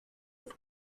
ist